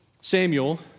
Samuel